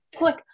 Look